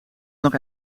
nog